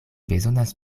bezonas